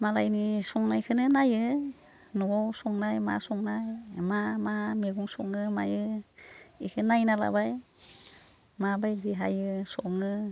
मालायनि संनायखौनो नायो न'वाव संनाय मा संनाय मा मा मैगं सङो मायो बेखौ नायना लाबाय माबायदि हायो सङो